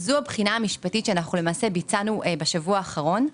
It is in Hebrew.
זאת הבחינה המשפטית שביצענו בשבוע האחרון,